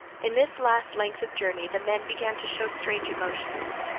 in this last length of journey the men began to show strange emotions.